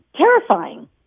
terrifying